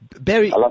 Barry